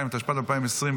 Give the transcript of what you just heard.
32), התשפ"ד 2024,